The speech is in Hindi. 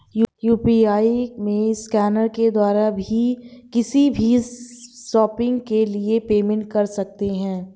यू.पी.आई में स्कैनर के द्वारा भी किसी भी शॉपिंग के लिए पेमेंट कर सकते है